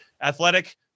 Athletic